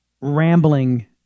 rambling